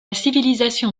civilisation